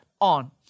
on